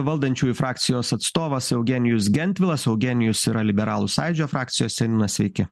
valdančiųjų frakcijos atstovas eugenijus gentvilas eugenijus yra liberalų sąjūdžio frakcijos seniūnas sveiki